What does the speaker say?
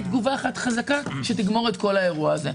תגובה אחת חזקה שתגמור את כל האירוע הזה.